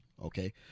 Okay